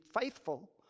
faithful